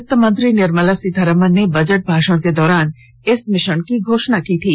वित्त मंत्री निर्मला सीतारमण ने बजट भाषण के दौरान इस मिशन की घोषणा की थी